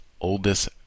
oldest